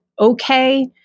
okay